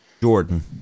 Jordan